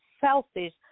selfish